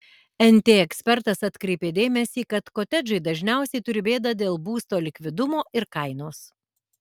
nt ekspertas atkreipė dėmesį kad kotedžai dažniausiai turi bėdą dėl būsto likvidumo ir kainos